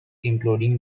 including